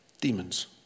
Demons